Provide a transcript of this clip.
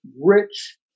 rich